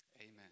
Amen